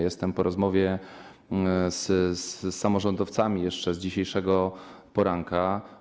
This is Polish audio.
Jestem po rozmowie z samorządowcami, jeszcze z dzisiejszego poranka.